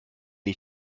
ich